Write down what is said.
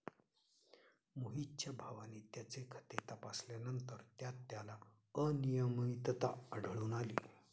मोहितच्या भावाने त्याचे खाते तपासल्यानंतर त्यात त्याला अनियमितता आढळून आली